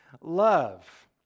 love